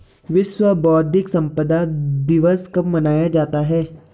विश्व बौद्धिक संपदा दिवस कब मनाया जाता है?